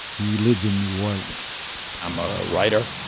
he lives in new orleans i'm a writer.